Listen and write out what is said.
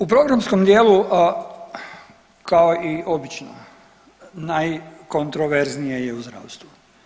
U programskom dijelu kao i obično najkontroverznije je u zdravstvu.